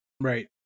Right